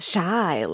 Shy